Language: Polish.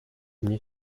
nie